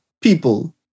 people